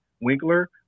Winkler